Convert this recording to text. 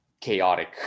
chaotic